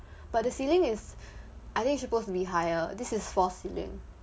but the ceiling is I think is supposed to be higher this is false ceiling